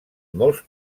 molts